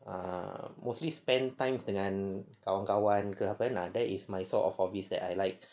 ah mostly spend time dengan kawan-kawan ke apa ah that is my sort of hobbies that I like